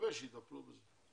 נקווה שיטפלו בזה.